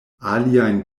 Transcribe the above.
aliajn